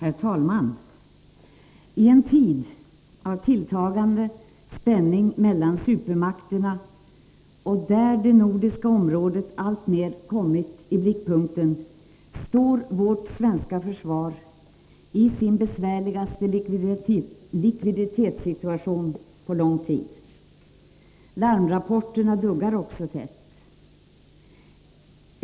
Herr talman! I en tid av tilltagande spänning mellan supermakterna och där det nordiska området alltmer kommit i blickpunkten står vårt svenska försvar i sin besvärligaste likviditetssituation sedan lång tid. Larmrapporterna duggar också tätt.